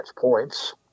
points